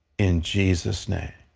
in jesus' name.